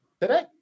today